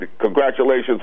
congratulations